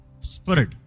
spirit